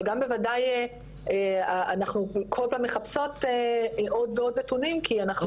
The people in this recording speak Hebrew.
אבל גם בוודאי אנחנו כל פעם מחפשות עוד ועוד נתונים כי אנחנו